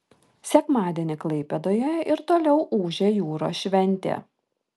sekmadienį klaipėdoje ir toliau ūžė jūros šventė